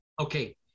Okay